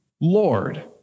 Lord